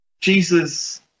Jesus